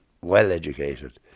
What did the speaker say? well-educated